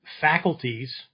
faculties